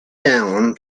down